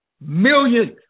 Millions